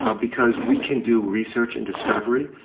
um because we can do research and discovery.